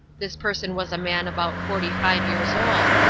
this person was a man about forty-five years old,